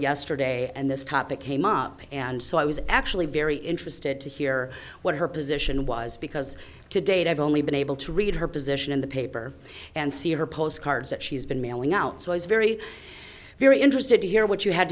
yesterday and this topic came up and so i was actually very interested to hear what her position was because to date i've only been able to read her position in the paper and see her postcards that she's been mailing out so i was very very interested to hear what you had